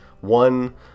one